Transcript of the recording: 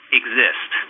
exist